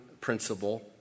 principle